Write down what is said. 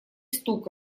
стук